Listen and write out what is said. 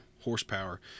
horsepower